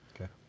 Okay